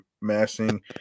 massing